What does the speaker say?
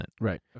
Right